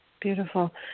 Beautiful